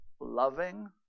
loving